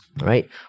right